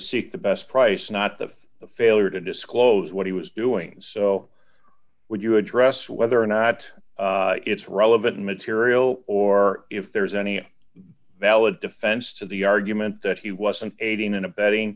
seek the best price not the failure to disclose what he was doing so would you address whether or not it's relevant material or if there's any valid defense to the argument that he wasn't aiding and abetting